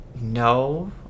No